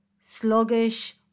sluggish